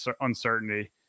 uncertainty